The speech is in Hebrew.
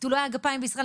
קטועי הגפיים בישראל,